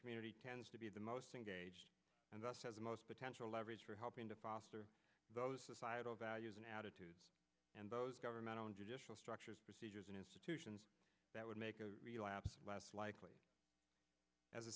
community tends to be the most engaged and thus has the most potential leverage for helping to foster those societal values and attitudes and those government own judicial structures procedures and institutions that would make a relapse less likely as a